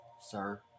Sir